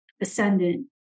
ascendant